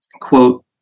Quote